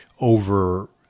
over